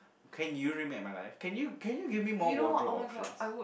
can you remake my life can you give me more wardrobe options